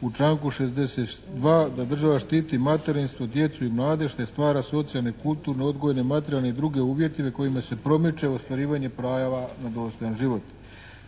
u članku 62. da država štiti materinstvo, djecu i mladež te stvara socijalne, kulturno-odgojne, materijalne i druge uvjete ili kojima se promiče ostvarivanje prava na dostojan život.